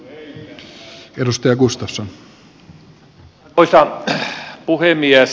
arvoisa puhemies